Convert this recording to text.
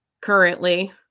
currently